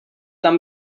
tam